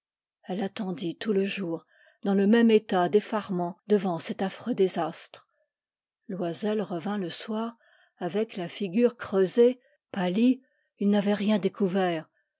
elle attendit tout le jour dans le même état d'eflarement devant cet afireux désastre loisel revint le soir avec la figure creusée pâlie il n'avait rien découvert